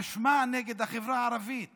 אשמה נגד החברה הערבית